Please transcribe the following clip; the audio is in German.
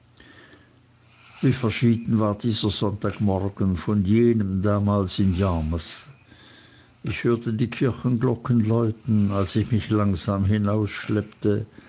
wie verschieden war dieser sonntagmorgen von jenem damals in yarmouth ich hörte die kirchenglocken läuten als ich mich langsam